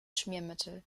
schmiermittel